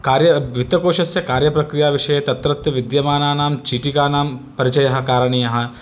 कार्य वित्तकोशस्य कार्यप्रक्रियाविषये तत्रत्य विद्यमानानां चीटिकानां परिचयः कारणीयः